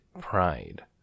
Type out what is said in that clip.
pride